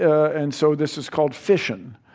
and so, this is called fission.